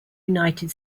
united